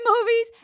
movies